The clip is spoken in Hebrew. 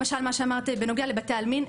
למשל מה שאמרת בנוגע לבתי עלמין.